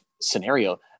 scenario